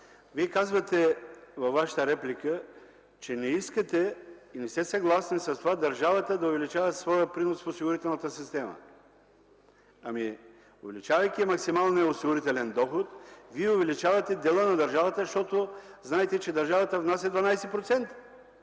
Вие казвате във Вашата реплика, че не искате и не сте съгласни с това държавата да увеличава своя принос в осигурителната система. Увеличавайки максималния осигурителен доход вие увеличавате дела на държавата, защото знаете, че държавата внася 12%.